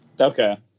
Okay